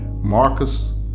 Marcus